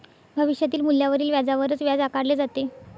भविष्यातील मूल्यावरील व्याजावरच व्याज आकारले जाते